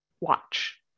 watch